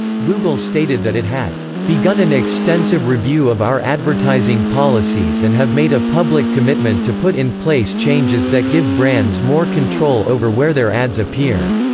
google stated that it had begun an extensive review of our advertising policies and have made a public commitment to put in place changes that give brands more control over where their ads appear.